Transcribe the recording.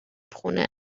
خونه